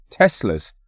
Teslas